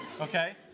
Okay